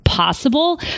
possible